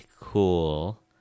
cool